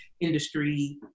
industry